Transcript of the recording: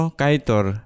kaitor